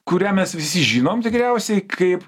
kurią mes visi žinom tikriausiai kaip